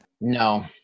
No